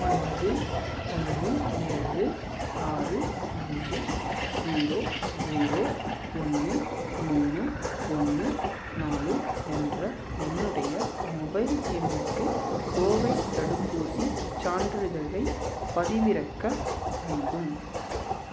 ஒன்பது ஒன்று ஏழு ஆறு அஞ்சு ஜீரோ ஜீரோ ஒன்று மூணு ஒன்று நாலு என்ற என்னுடைய மொபைல் எண்ணுக்கு கோவிட் தடுப்பூசிச் சான்றிதழைப் பதிவிறக்க வேண்டும்